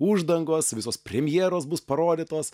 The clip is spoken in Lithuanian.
uždangos visos premjeros bus parodytos